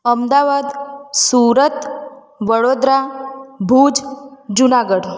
Ahmedabad Surat Vadodara Bhuj Junagadh